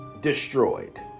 destroyed